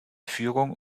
führung